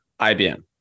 IBM